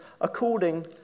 according